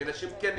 כי נשים כן נפגעו.